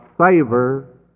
savor